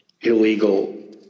illegal